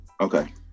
okay